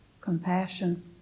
Compassion